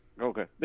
Okay